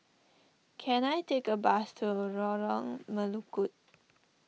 can I take a bus to Lorong Melukut